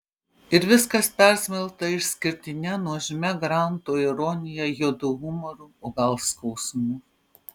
ir viskas persmelkta išskirtine nuožmia granto ironija juodu humoru o gal skausmu